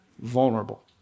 Vulnerable